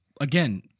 again